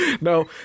No